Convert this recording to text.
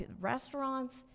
restaurants